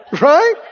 Right